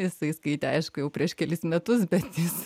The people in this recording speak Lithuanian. jisai skaitė aišku jau prieš kelis metus bet jis